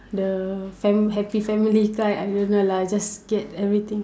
the fam~ happy family card I don't know lah just get everything